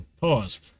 Pause